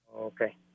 okay